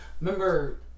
Remember